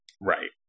right